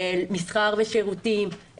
מסחר ושירותים,